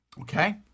Okay